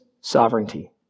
sovereignty